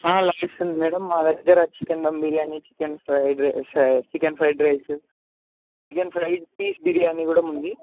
లగ్గిస్తుంది madam మా దెగ్గర chicken dum biryani chicken fried rice chicken fried rice chicken fry piece biryani కూడా ఉంది